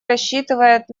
рассчитывает